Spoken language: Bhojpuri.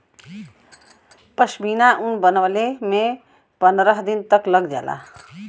पश्मीना ऊन बनवले में पनरह दिन तक लग जाला